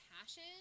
passion